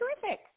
terrific